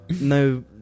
No